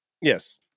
Yes